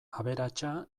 aberatsa